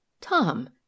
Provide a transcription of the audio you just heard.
Tom